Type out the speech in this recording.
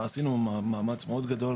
עשינו מאמץ מאוד גדול,